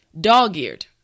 Dog-eared